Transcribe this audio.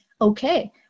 okay